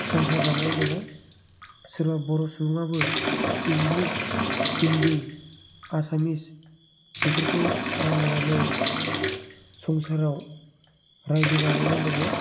संसार जानानै दङ सोरबा बर' सुबुंआबो इंलिस हिन्दी एसामिस बेफोरखौ रायज्लायनानै संसाराव रायजो जानानै दङ